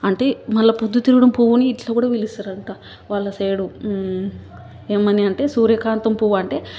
అంటే మళ్ళీ పొద్దుతిరుగుడుపువ్వుని ఇట్లా కూడా పిలుస్తారంట వాళ్ళ సైడు ఏమని అంటే సూర్యకాంతం పువ్వంటే